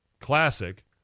classic